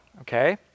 Okay